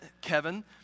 Kevin